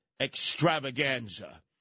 extravaganza